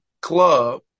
club